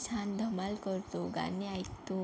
छान धमाल करतो गाणी ऐकतो